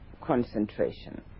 concentration